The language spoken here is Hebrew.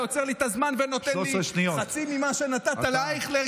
אתה עוצר לי את הזמן ונותן לי חצי ממה שנתת לאייכלר,